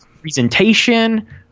presentation